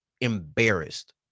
embarrassed